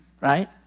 right